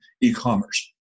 e-commerce